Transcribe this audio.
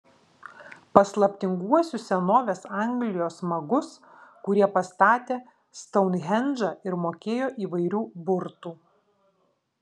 paslaptinguosius senovės anglijos magus kurie pastatė stounhendžą ir mokėjo įvairių burtų